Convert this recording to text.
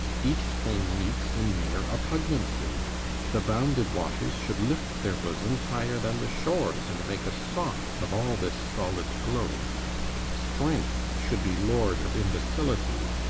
each thing melts in mere oppugnancy the bounded waters should lift their bosoms higher than the shores, and make a sop of all this solid globe strength should be lord of imbecility,